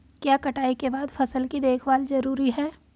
क्या कटाई के बाद फसल की देखभाल जरूरी है?